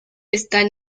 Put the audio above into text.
están